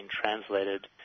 translated